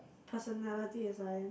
personality as I am